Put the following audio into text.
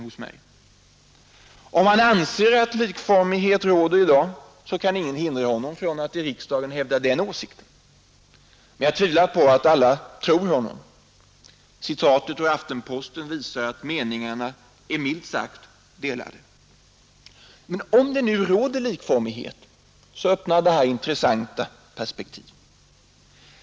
Om han anser att likformighet råder i dag, så kan ingen hindra honom från att i riksdagen hävda den åsikten. Men jag tvivlar på att alla tror honom. Citatet ur Aftenposten visar att meningarna är milt sagt delade. Men om det nu råder likformighet, så öppnar det intressanta perspektiv.